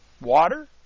water